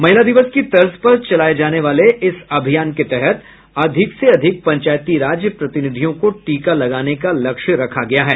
महिला दिवस की तर्ज पर चलाये जाने वाले इस अभियान के तहत अधिक से अधिक पंचायती राज प्रतिनिधियो को टीका लगाने का लक्ष्य रखा गया है